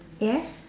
yes